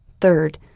Third